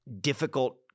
difficult